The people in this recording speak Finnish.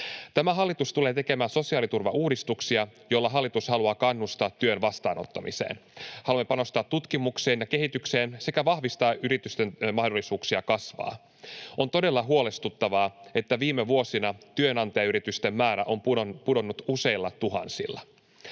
Tämä hallitus tulee tekemään sosiaaliturvauudistuksia, joilla hallitus haluaa kannustaa työn vastaanottamiseen. Haluamme panostaa tutkimukseen ja kehitykseen sekä vahvistaa yritysten mahdollisuuksia kasvaa. On todella huolestuttavaa, että viime vuosina työnantajayritysten määrä on pudonnut useilla tuhansilla.